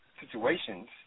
situations